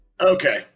Okay